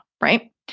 right